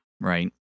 right